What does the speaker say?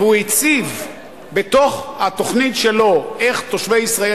והוא הציב בתוך התוכנית שלו איך תושבי ישראל